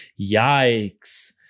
Yikes